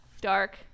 Dark